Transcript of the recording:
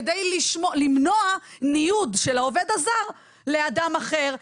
כדי למנוע ניוד של העובד הזר לאדם אחר,